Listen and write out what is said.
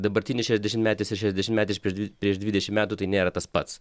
dabartinis šešiasdešimtmetis ir šešiasdešimtmetis prieš dvidešim metų tai nėra tas pats